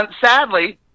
sadly